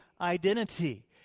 identity